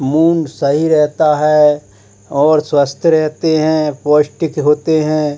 मूंड सही रहता है और स्वस्थ रहते हैं पौष्टिक होते हैं